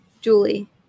Julie